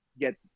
get